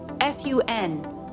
f-u-n